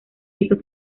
hizo